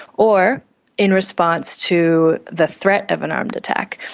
or in response to the threat of an armed attack.